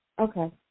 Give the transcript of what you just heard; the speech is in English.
okay